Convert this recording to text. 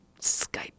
Skype